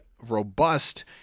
robust